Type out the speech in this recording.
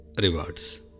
rewards